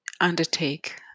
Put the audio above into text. undertake